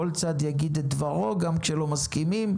כל צד יגיד את דברו, גם כשלא מסכימים.